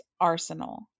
arsenal